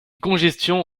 congestion